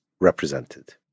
represented